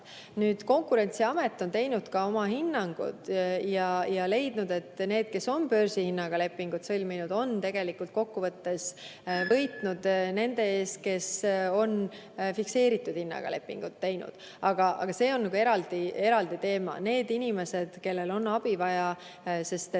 kasu. Konkurentsiamet on andnud ka oma hinnangud ja leidnud, et need, kes on börsihinnaga lepingud sõlminud, on tegelikult kokkuvõttes võitnud võrreldes nendega, kes on fikseeritud hinnaga lepingud teinud. Aga see on eraldi teema. Need inimesed, kellel on abi vaja, sest neil